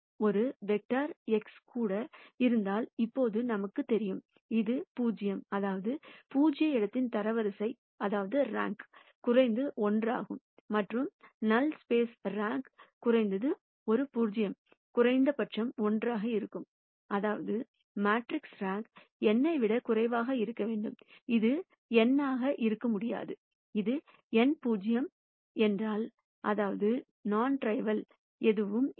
ஒரு vector x கூட இருந்தால் இப்போது நமக்குத் தெரியும் இது 0 அதாவது நல் ஸ்பேஸ் த்தின் தரவரிசை குறைந்தது 1 ஆகும் மற்றும் நல் ஸ்பைஸ் ரேங்க் குறைந்தது ஒரு பூஜ்யம் குறைந்தபட்சம் 1 ஆக இருக்கும் அதாவது மேட்ரிக்ஸின் ரேங்க் n ஐ விட குறைவாக இருக்க வேண்டும் அது n ஆக இருக்க முடியாது இது n பூஜ்யம் 0 என்றால் அதாவது நான் ட்ரைவல் எதுவும் இல்லை